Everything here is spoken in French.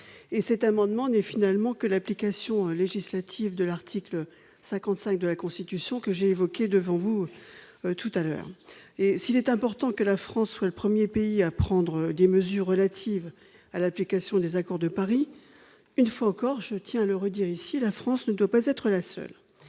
présent amendement n'est finalement que l'application législative de l'article 55 de la Constitution, que j'ai précédemment évoqué devant vous. S'il est important que la France soit le premier pays à prendre des mesures relatives à l'application de l'Accord de Paris sur le climat, je tiens à le redire, elle ne doit pas être la seule